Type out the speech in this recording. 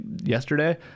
yesterday